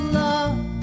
love